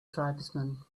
tribesman